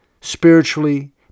spiritually